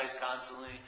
constantly